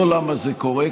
לא למה זה קורה,